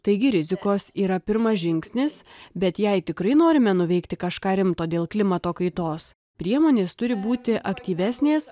taigi rizikos yra pirmas žingsnis bet jei tikrai norime nuveikti kažką rimto dėl klimato kaitos priemonės turi būti aktyvesnės